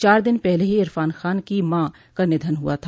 चार दिन पहले ही इरफान खान की मां का निधन हुआ था